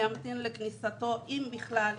להמתין לכניסת שר חדש אם בכלל.